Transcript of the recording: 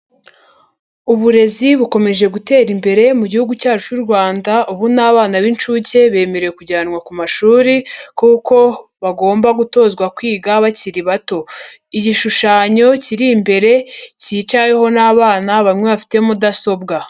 Uburezi bukomeje gutera imbere mu gihugu cyacu cy'u Rwanda, ubu n'abana b'inshuke bemerewe kujyanwa ku mashuri kuko bagomba gutozwa kwiga bakiri bato. Igishushanyo kiri imbere cyicaweho n'abana bamwe bafite mudasobwa.